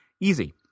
easy